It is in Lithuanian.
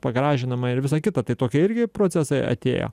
pagražinama ir visa kita tai tokie irgi procesai atėjo